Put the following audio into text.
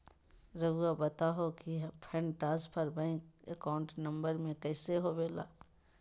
रहुआ बताहो कि fund transfer bank account number में कैसे होबेला?